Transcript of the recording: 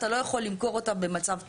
אתה לא יכול למכור אותה במצב טרי.